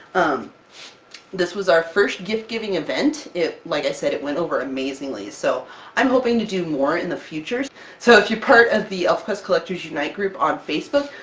um this was our first gift-giving event, it like i said it went over amazingly! so i'm hoping to do more in the future! so if you're part of the elfquest collectors unite group on facebook,